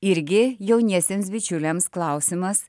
irgi jauniesiems bičiuliams klausimas